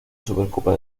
supercopa